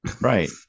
Right